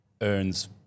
earns